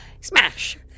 smash